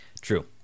True